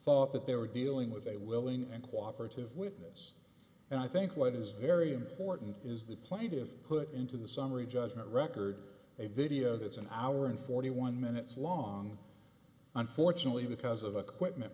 thought that they were dealing with a willing and cooperate to have witness and i think what is very important is the plate is put into the summary judgment record a video that's an hour and forty one minutes long unfortunately because of a quick m